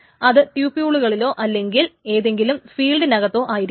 അത് ട്യൂപിളുകളിലോ അല്ലെങ്കിൽ ഏതെങ്കിലും ഫീൽഡിനകത്തോ ആയിരിക്കും